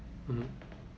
mm